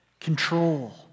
Control